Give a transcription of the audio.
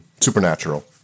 Supernatural